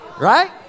right